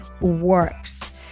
works